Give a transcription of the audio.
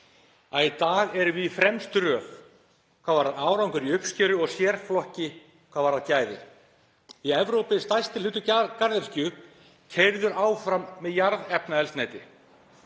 í dag erum við í fremstu röð hvað varðar árangur í uppskeru og í sérflokki hvað varðar gæði. Í Evrópu er stærsti hluti garðyrkju keyrður áfram með jarðefnaeldsneyti